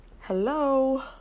Hello